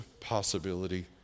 possibility